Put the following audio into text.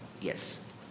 Yes